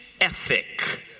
ethic